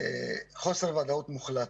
חוסר ודאות מוחלט.